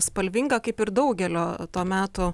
spalvinga kaip ir daugelio to meto